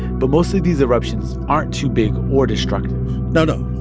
but mostly these eruptions aren't too big or destructive no, no.